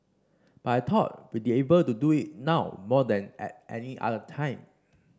but I thought we'd be able to do it now more than at any other time